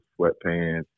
sweatpants